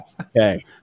Okay